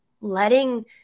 letting